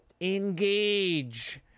engage